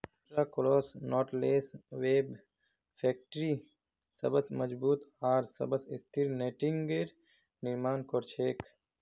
ultra cross knotless web factory सबस मजबूत आर सबस स्थिर नेटिंगेर निर्माण कर छेक